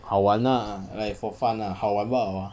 好玩 lah like for fun lah 好玩罢了 mah